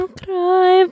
cry